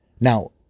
now